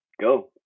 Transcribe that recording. go